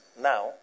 now